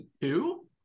Two